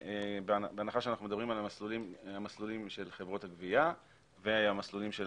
בהנחה שאנחנו מדברים על המסלולים של חברות הגבייה והמסלולים של